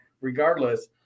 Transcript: regardless